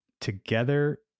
Together